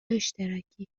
اشتراکی